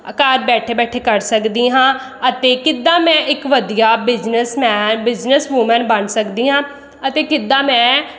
ਘਰ ਬੈਠੇ ਬੈਠੇ ਕਰ ਸਕਦੀ ਹਾਂ ਅਤੇ ਕਿੱਦਾਂ ਮੈਂ ਇੱਕ ਵਧੀਆ ਬਿਜ਼ਨਸਮੈਨ ਬਿਜ਼ਨਸ ਵੂਮੈਨ ਬਣ ਸਕਦੀ ਹਾਂ ਅਤੇ ਕਿੱਦਾਂ ਮੈਂ